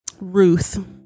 ruth